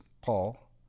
Paul